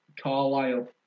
Carlisle